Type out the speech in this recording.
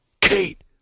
Kate